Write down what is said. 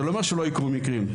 זה לא אומר שלא ייקרו מקרים,